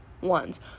ones